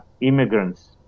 immigrants